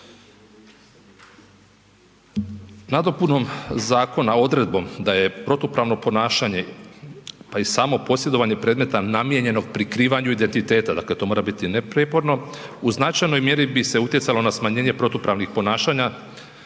Nadopunom zakona odredbom da je protupravno ponašanje pa i samo posjedovanje predmeta namijenjeno prikrivanju identiteta dakle, to mora biti neprijeporno u značajnoj mjeri bi se utjecalo na smanjenje protupravnih ponašanja